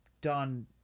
done